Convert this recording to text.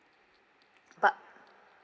but